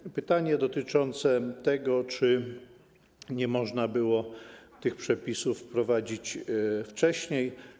Było pytanie dotyczące tego, czy nie można było tych przepisów wprowadzić wcześniej.